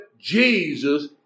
Jesus